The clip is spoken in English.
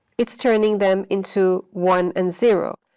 it's turning them into one and zero.